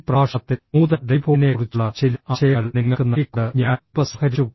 മുൻ പ്രഭാഷണത്തിൽ നൂതന ടെലിഫോണിനെക്കുറിച്ചുള്ള ചില ആശയങ്ങൾ നിങ്ങൾക്ക് നൽകിക്കൊണ്ട് ഞാൻ ഉപസംഹരിച്ചു